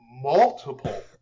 multiple